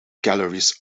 galleries